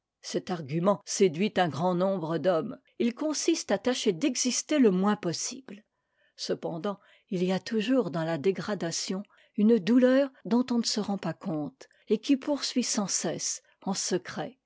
cet argument séduit un grand nombre d'hommes il consiste à tâcher d'exister le moins possible cependant i y a toujours dans la dégradation une douleur dont on ne se rend pas compte et qui poursuit sans cesse en secret